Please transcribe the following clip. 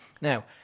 Now